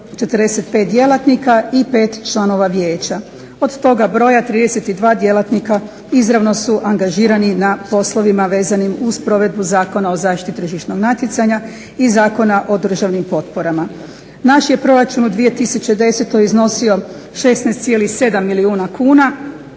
45 djelatnika od čega 5 članova Vijeća, od toga broja 32 djelatnika izravno su angažirani na poslovima vezanim uz provedbu Zakona o zaštiti tržišnog natjecanja i zakona o državnim potporama. Naš je proračun u 2010. iznosio 16,7 milijuna kuna,